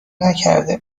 نکرده